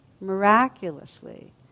Miraculously